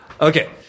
Okay